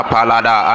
Palada